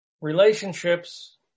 Relationships